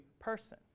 person